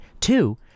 Two